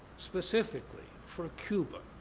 specifically for cuba,